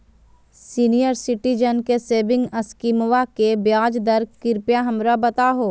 senior citizen के saving स्कीमवा के ब्याज दर कृपया हमरा बताहो